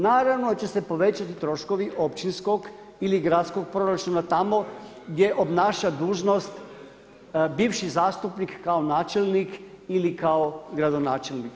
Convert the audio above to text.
Naravno da će se povećati troškovi općinskog ili gradskog proračuna tamo gdje obnaša dužnost bivši zastupnik kao načelnik ili kao gradonačelnik.